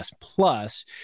plus